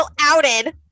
outed